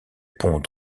pont